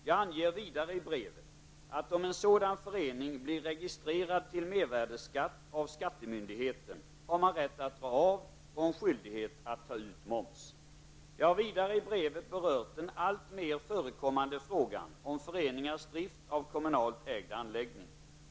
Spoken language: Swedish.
Jag anger vidare i brevet, att om en sådan förening blir registrerad till mervärdeskatt av skattemyndigheten har man rätt att dra av och en skyldighet att ta ut moms. Jag har vidare i brevet berört den alltmer förekommande frågan om föreningars drift av kommunalt ägd anläggning.